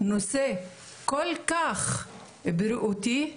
נושא כל כך בריאותי,